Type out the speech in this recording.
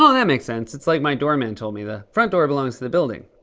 um that makes sense. it's like my doorman told me the front door belongs to the building.